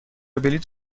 بلیط